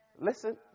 Listen